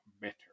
better